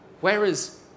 whereas